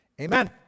Amen